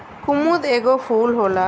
कुमुद एगो फूल होला